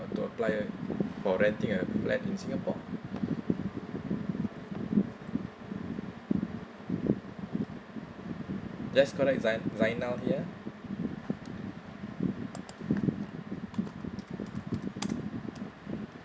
to apply uh for renting a flat in singapore that's correct zai~ zainal here